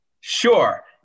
sure